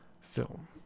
film